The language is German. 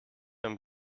einem